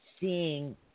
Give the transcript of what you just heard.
seeing